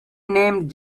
named